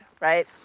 right